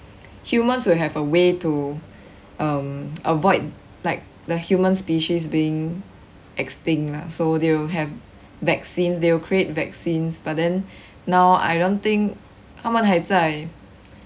humans will have a way to um avoid like the human species being extinct lah so they will have vaccines they will create vaccines but then now I don't think 他们还在